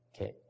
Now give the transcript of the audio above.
Okay